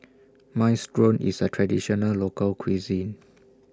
Minestrone IS A Traditional Local Cuisine